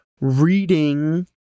Reading